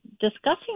discussing